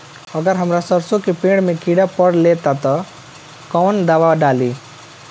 अगर हमार सरसो के पेड़ में किड़ा पकड़ ले ता तऽ कवन दावा डालि?